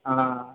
हां